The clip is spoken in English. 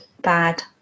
bad